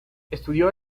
estudió